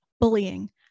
bullying